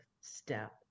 step